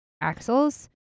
axles